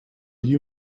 you